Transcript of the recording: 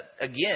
again